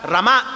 Rama